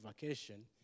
vacation